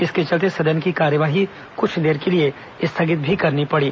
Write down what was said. इसके चलते सदन की कार्यवाही कुछ देर के लिए स्थगित भी करनी पड़ी